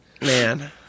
Man